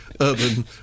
urban